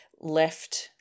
left